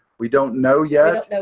we don't know yet.